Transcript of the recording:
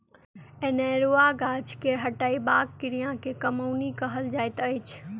अनेरुआ गाछ के हटयबाक क्रिया के कमौनी कहल जाइत अछि